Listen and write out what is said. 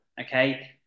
Okay